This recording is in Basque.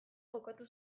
jokatu